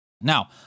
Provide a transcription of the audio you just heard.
Now